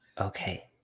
Okay